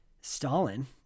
Stalin